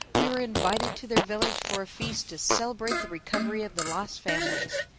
we were invited to their village for a feast to celebrate the recovery of the lost families.